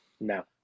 No